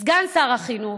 סגן שר החינוך,